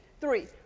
three